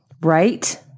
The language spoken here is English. Right